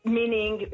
Meaning